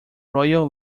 royal